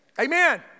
Amen